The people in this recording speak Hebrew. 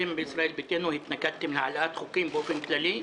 אתם בישראל ביתנו התנגדתם להעלאת חוקים באופן כללי,